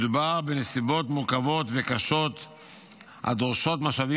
מדובר בנסיבות מורכבות וקשות הדורשות משאבים